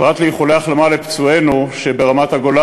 פרט לאיחולי החלמה לפצועינו שברמת-הגולן,